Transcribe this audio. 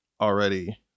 already